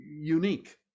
unique